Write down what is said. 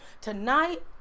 Tonight